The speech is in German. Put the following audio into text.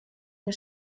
der